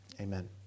amen